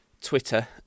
twitter